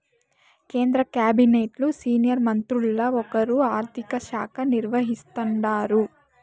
కేంద్ర కాబినెట్లు సీనియర్ మంత్రుల్ల ఒకరు ఆర్థిక శాఖ నిర్వహిస్తాండారు